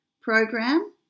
program